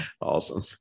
Awesome